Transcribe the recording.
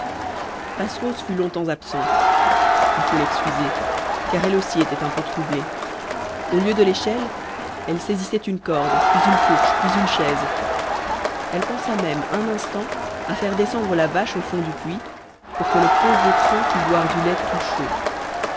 passerose fut longtemps absente il faut l'excuser car elle aussi était un peu troublée au lieu de l'échelle elle saisissait une corde puis une fourche puis une chaise elle pensa même un instant à faire descendre la vache au fond du puits pour que le pauvre ourson pût boire du lait tout chaud